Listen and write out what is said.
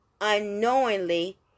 unknowingly